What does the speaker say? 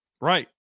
Right